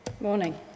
Morning